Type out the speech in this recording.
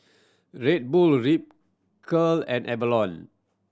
Red Bull Ripcurl and Avalon